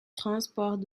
transport